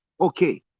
Okay